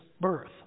birth